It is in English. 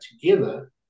together